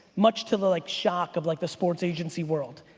much to the like shock of like the sports agency world.